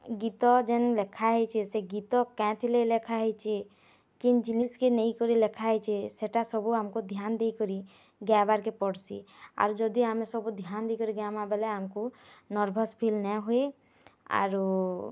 ଗୀତ ଯେନ୍ ଲେଖାହେଇଚେ ସେ ଗୀତ କାଏଁଥିରଲାଗି ଲେଖାହେଇଚି କେନ୍ ଜିନିଷ୍କେ ନେଇକରି ଲେଖାହେଇଛେଁ ସେଟା ସବୁ ଆମ୍କୁ ଧ୍ୟାନ୍ ଦେଇକରି ଗାଇବାର୍କେ ପଡ଼୍ସି ଆର୍ ଯଦି ଆମେ ସବୁଧ୍ୟାନ୍ ଦେଇକରି ଗାଏମା ବେଲେ ଆମ୍କୁ ନର୍ଭସ ଫିଲ୍ ନାଇହୋଏ ଆରୁ